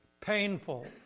painful